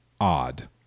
odd